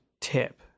tip